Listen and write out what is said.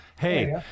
Hey